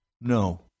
No